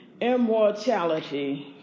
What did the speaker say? immortality